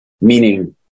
meaning